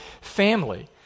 family